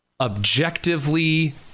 objectively